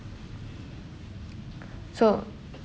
so